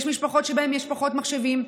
יש משפחות שבהן יש פחות מחשבים.